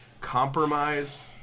Compromise